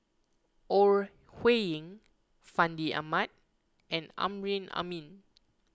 Ore Huiying Fandi Ahmad and Amrin Amin